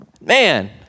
man